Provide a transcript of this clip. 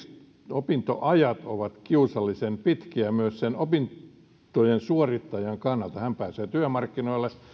opintoajat ovat kiusallisen pitkiä myös sen opintojen suorittajan kannalta hän pääsee työmarkkinoille